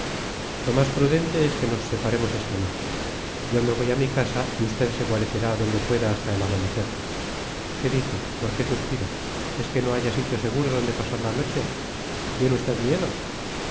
lo más prudente es que nos separemos esta noche yo me voy a mi casa y usted se guarecerá donde pueda hasta el amanecer qué dice por qué suspira es que no halla sitio seguro donde pasar la noche tiene usted miedo